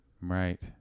right